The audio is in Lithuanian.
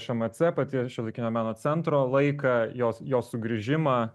šmc pati šiuolaikinio meno centro laiką jos jo sugrįžimą